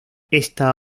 esta